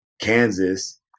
Kansas